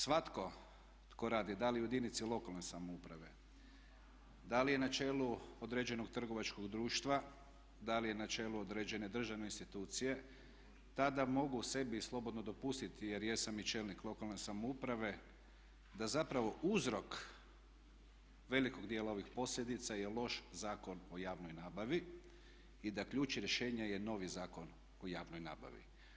Svatko tko radi , dali u jedinici lokalne samouprave, da li na čelu određenog trgovačkog društva, da li na čelu određene državne institucije, tada mogu sebi slobodno dopustiti jer jesam i čelnik lokalne samouprave, da zapravo uzrok velikog dijela ovih posljedica je loš Zakon o javnoj nabavi i da ključ rješenja je novi Zakon o javnoj nabavi.